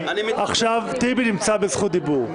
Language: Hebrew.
עכשיו טיבי נמצא בזכות דיבור.